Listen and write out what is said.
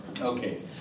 Okay